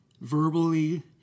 verbally